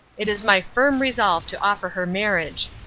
it is my firm resolve to offer her marriage.